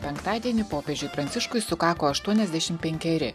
penktadienį popiežiui pranciškui sukako aštuoniasdešim penkeri